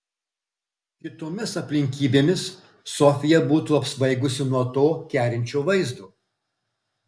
kitomis aplinkybėmis sofija būtų apsvaigusi nuo to kerinčio vaizdo